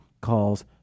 calls